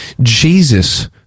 Jesus